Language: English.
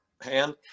hand